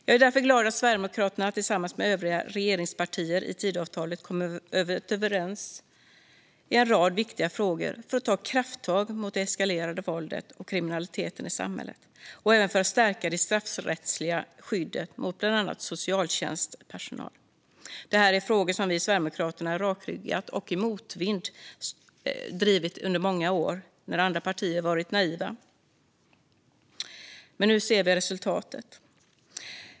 Jag är därför glad att Sverigedemokraterna tillsammans med övriga regeringspartier i Tidöavtalet kommit överens i en rad viktiga frågor för att ta krafttag mot eskaleringen av våldet och kriminaliteten i samhället och även för att stärka det straffrättsliga skyddet för bland annat socialtjänstpersonal. Detta är frågor som vi i Sverigedemokraterna rakryggat och i motvind har drivit under många år, när andra partier varit naiva. Nu ser vi resultatet.